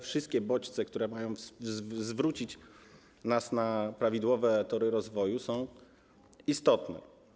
Wszystkie bodźce, które mają skierować nas na prawidłowe tory rozwoju, są istotne.